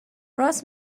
راست